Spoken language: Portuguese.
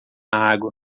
água